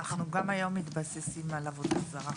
אנחנו גם היום מתבססים על עבודה זרה.